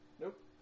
Nope